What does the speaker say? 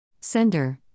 Sender